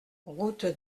route